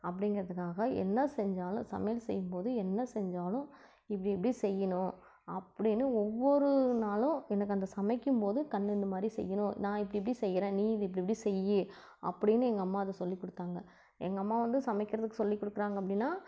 அப்படிங்கிறதுக்காக என்ன செஞ்சாலும் சமையல் செய்யும்போது என்ன செஞ்சாலும் இப்படி இப்படி செய்யணும் அப்படின்னு ஒவ்வொரு நாளும் எனக்கு அந்த சமைக்கும்போது கண்ணு இந்த மாதிரி செய்யணும் நான் இப்படி இப்படி செய்யறேன் நீயும் இது இப்படி இப்படி செய் அப்படின்னு எங்கள் அம்மா அதை சொல்லிக்கொடுத்தாங்க எங்கள் அம்மா வந்து சமைக்கிறதுக்கு சொல்லி கொடுக்குறாங்க அப்டின்னால்